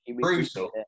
Brutal